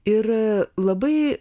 ir labai